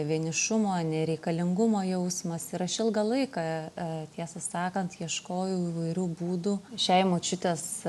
vienišumo nereikalingumo jausmas ir aš ilgą laiką tiesą sakant ieškojau įvairių būdų šiai močiutės